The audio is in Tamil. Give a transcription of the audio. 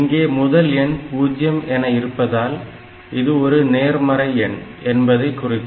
இங்கே முதல் எண் 0 என இருந்தால் இது ஒரு நேர்மறை எண் என்பதை குறிக்கும்